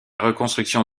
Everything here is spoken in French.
reconstruction